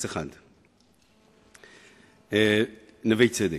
3501, נווה-צדק.